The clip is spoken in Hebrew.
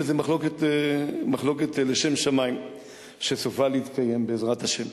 וזו מחלוקת לשם שמים שסופה להתקיים בעזרת השם.